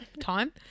time